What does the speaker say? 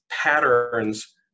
patterns